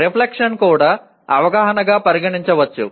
reflection కూడా అవగాహనగా పరిగణించవచ్చు